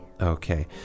Okay